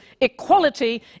equality